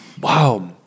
Wow